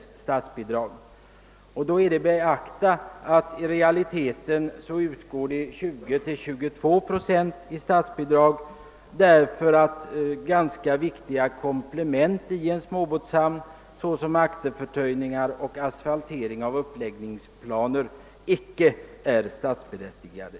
I detta sammanhang bör man beakta att i realiteten endast utgår 20—22 procent i statsbidrag, eftersom ganska viktiga komplement i en småbåtshamn, t.ex. akterförtöjningar och asfaltering av uppläggningsplaner, icke är statsbidragsberättigade.